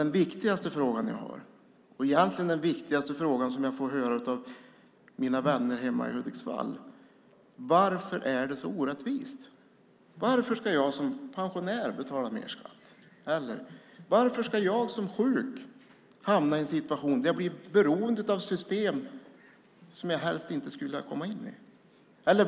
Den viktigaste frågan, och den som jag oftast får av mina vänner i min hemkommun Hudiksvall, är: Varför är det så orättvist? De frågar också: Varför ska jag som pensionär betala mer skatt? Varför ska jag som sjuk hamna i en situation där jag blir beroende av system som jag helst inte skulle vilja komma in i?